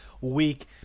week